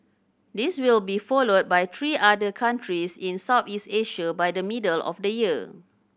this will be followed by three other countries in Southeast Asia by the middle of the year